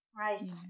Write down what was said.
Right